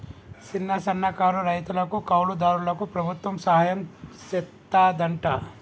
సిన్న, సన్నకారు రైతులకు, కౌలు దారులకు ప్రభుత్వం సహాయం సెత్తాదంట